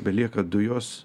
belieka dujos